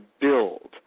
build